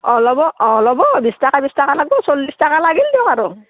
অঁ ল'ব অঁ ল'ব বিছ টকা বিছ টকা লাগব চল্লিছ টকা লাগিল দিয়ক আৰু